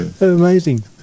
Amazing